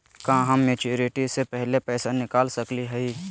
का हम मैच्योरिटी से पहले पैसा निकाल सकली हई?